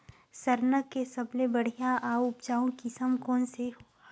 सरना के सबले बढ़िया आऊ उपजाऊ किसम कोन से हवय?